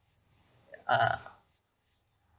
err